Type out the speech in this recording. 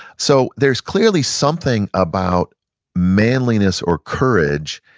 so there's clearly something about manliness, or courage,